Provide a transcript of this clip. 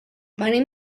venim